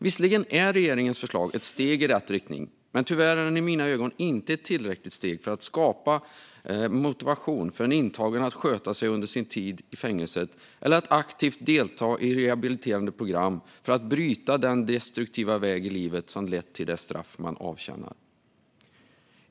Visserligen är regeringens förslag ett steg i rätt riktning, men tyvärr är det i mina ögon inte ett tillräckligt steg för att skapa motivation för en intagen att sköta sig under sin tid i fängelset eller att aktivt delta i rehabiliterande program för att bryta den destruktiva väg i livet som lett till det straff man avtjänar.